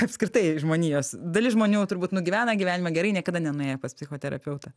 apskritai žmonijos dalis žmonių turbūt nugyvena gyvenimą gerai niekada nenuėję pas psichoterapeutą